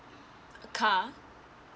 a car